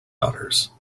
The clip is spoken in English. honors